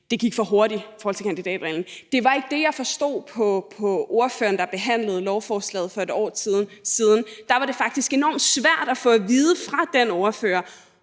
det gik for hurtigt i forhold til kandidatreglen. Det var ikke det, jeg forstod på ordføreren, der behandlede lovforslaget for et år siden. Der var det faktisk enormt svært at få at vide fra den ordfører